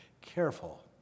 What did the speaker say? careful